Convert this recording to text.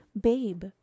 Babe